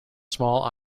small